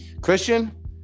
Christian